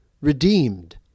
redeemed